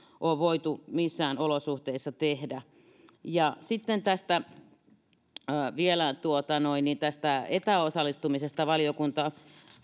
ole voitu missään olosuhteissa tehdä sitten vielä tästä etäosallistumisesta valiokunta